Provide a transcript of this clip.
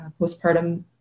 postpartum